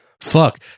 Fuck